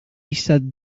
sat